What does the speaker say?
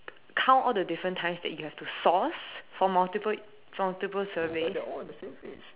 count all the different times you have to source for multiple multiple surveys